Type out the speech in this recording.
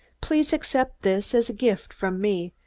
please accept this as a gift from me,